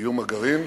איום הגרעין,